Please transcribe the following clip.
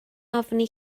ofni